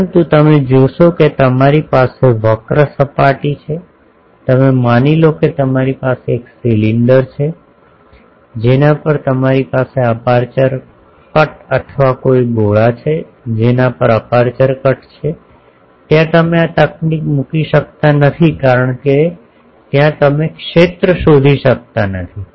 પરંતુ તમે જોશો કે તમારી પાસે વક્ર સપાટી છે તો માની લો કે તમારી પાસે એક સિલિન્ડર છે કે જેના પર તમારી પાસે અપેર્ચર કટ અથવા કોઈ ગોળા છે જેના પર અપેર્ચર કટ છે ત્યાં તમે આ તકનીક મૂકી શકતા નથી કારણ કે ત્યાં તમે ક્ષેત્ર શોધી શકતા નથી